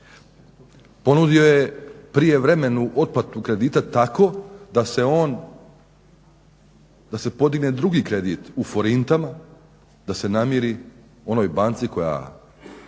ponudio je prijevremenu otplatu kredita tako da se podigne drugi kredit u forintama da se namiri onoj banci koja